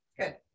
Good